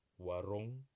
Warong